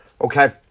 okay